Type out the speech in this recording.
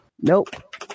Nope